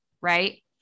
right